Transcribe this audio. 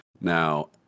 now